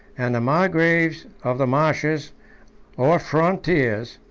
and the margraves of the marches or frontiers,